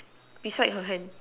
beside her hand